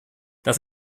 das